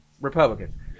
Republicans